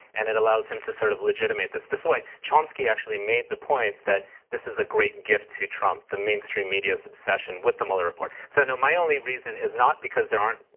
and it allows him to sort of legitimate this. this is why chomsky actually made the points that this is a great gift to trump, the mainstream media's obsession with the mueller report. so, no, my only reason is not because there aren't,